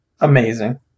Amazing